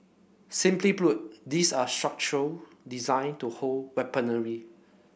simply put these are structure designed to hold weaponry